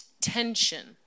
tension